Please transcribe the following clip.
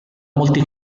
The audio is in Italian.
molti